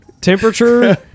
temperature